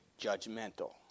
judgmental